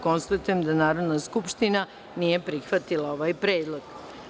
Konstatujem da Narodna skupština nije prihvatila ovaj predlog.